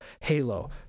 Halo